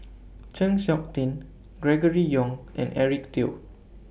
Chng Seok Tin Gregory Yong and Eric Teo